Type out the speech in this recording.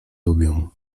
lubią